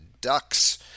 Ducks